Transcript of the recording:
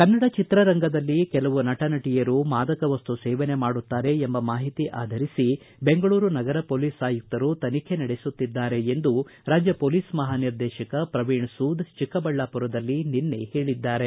ಕನ್ನಡ ಚಿತ್ರರಂಗದಲ್ಲಿ ಕೆಲವು ನಟ ನಟಿಯರು ಮಾದಕ ವಸ್ತು ಸೇವನೆ ಮಾಡುತ್ತಾರೆ ಎಂಬ ಮಾಹಿತಿ ಆಧರಿಸಿ ಬೆಂಗಳೂರು ನಗರ ಮೊಲೀಸ್ ಆಯುಕ್ತರು ತನಿಖೆ ನಡೆಸುತ್ತಿದ್ದಾರೆ ಎಂದು ರಾಜ್ಯ ಮೊಲೀಸ್ ಮಹಾನಿರ್ದೇಶಕ ಪ್ರವೀಣ್ ಸೂದ್ ಚಿಕ್ಕಬಳ್ಳಾಮರದಲ್ಲಿ ನಿನ್ನೆ ಹೇಳಿದ್ದಾರೆ